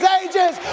ages